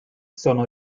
sono